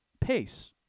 pace